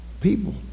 people